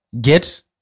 get